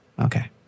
Okay